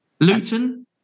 Luton